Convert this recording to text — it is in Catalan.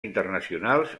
internacionals